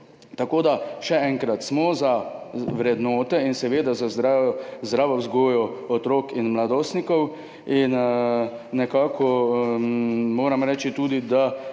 so. Še enkrat, smo za vrednote in seveda za zdravo vzgojo otrok in mladostnikov in moram reči tudi, da